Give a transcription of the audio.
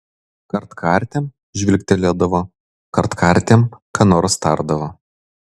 kartkartėm žvilgtelėdavo kartkartėm ką nors tardavo